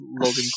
Logan